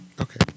Okay